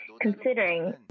considering